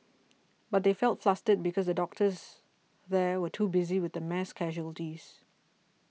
but they felt flustered because the doctors there were too busy with the mass casualties